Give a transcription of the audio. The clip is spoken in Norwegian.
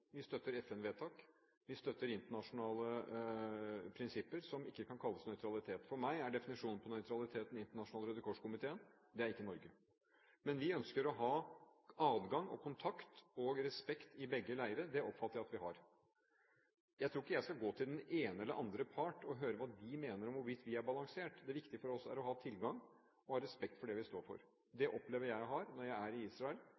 vi støtter FN-vedtak, vi støtter internasjonale prinsipper som ikke kan kalles nøytrale. For meg er definisjonen på nøytralitet den internasjonale Røde Kors-komiteen, ikke Norge. Men vi ønsker å ha adgang og kontakt og respekt i begge leirer. Det oppfatter jeg at vi har. Jeg tror ikke jeg skal gå til den ene eller den andre part og høre hvorvidt de mener at vi er balanserte. Det viktige for oss er å ha tilgang og respekt for det vi står for. Det opplever jeg at jeg har når jeg opptil flere ganger i